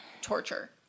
torture